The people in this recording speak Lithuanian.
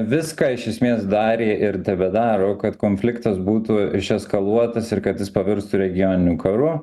viską iš esmės darė ir tebedaro kad konfliktas būtų eskaluotas ir kad jis pavirstų regioniniu karu